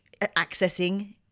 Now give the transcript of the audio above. accessing